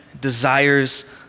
desires